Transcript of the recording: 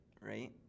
right